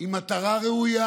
עם מטרה ראויה,